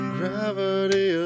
Gravity